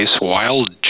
wild